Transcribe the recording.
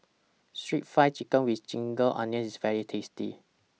Stir Fry Chicken with Ginger Onions IS very tasty